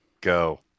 go